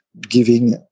giving